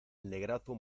negrazo